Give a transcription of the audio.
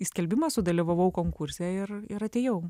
į skelbimą sudalyvavau konkurse ir ir atėjau